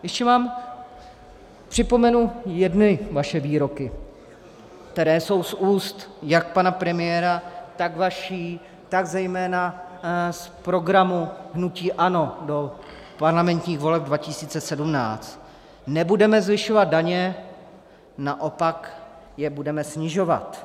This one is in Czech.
Ještě vám připomenu jedny vaše výroky, které jsou z úst jak pana premiéra, tak vašich, tak zejména programu hnutí ANO do parlamentních voleb 2017: Nebudeme zvyšovat daně, naopak je budeme snižovat.